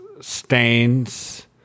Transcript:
stains